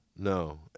No